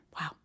Wow